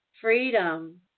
freedom